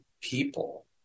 people